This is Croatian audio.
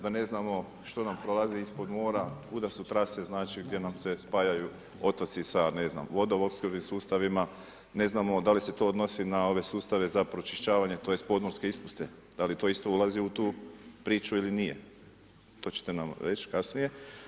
Da ne znamo što nam prolazi ispod mora, kuda su trase gdje nam se spajaju otoci sa ne znam, vodovodnim sustavima, ne znam da li se to odnosi na ove sustave za pročišćavanje tj. podmorske ispuste, da li to isto ulazi u tu priču ili nije, to ćete nam reći kasnije.